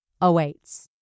awaits